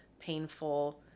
painful